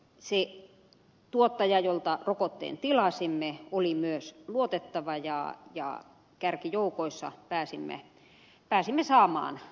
se tuottaja jolta rokotteen tilasimme oli myös luotettava ja kärkijoukoissa pääsimme saamaan rokotetta